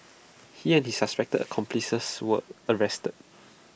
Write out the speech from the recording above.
he and his suspected accomplices were arrested